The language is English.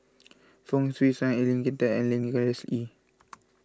Fong Swee Suan and Lee Kin Tat and Nicholas Ee